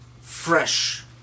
fresh